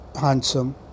handsome